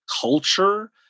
culture